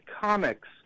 comics